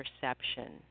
perception